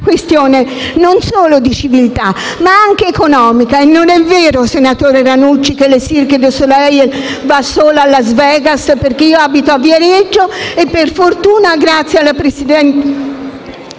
questione non solo di civiltà ma anche economica. E non è vero, senatore Ranucci, che il Cirque du Soleil va solo a Las Vegas. Abito a Viareggio e per fortuna, grazie alla illuminata